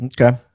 okay